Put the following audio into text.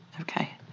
Okay